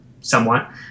somewhat